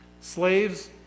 slaves